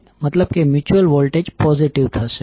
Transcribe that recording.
મતલબ કે mutual voltage positive થશે